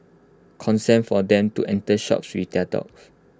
consent for them to enter shops with their dogs